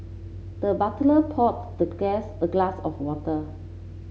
the butler poured the guest a glass of water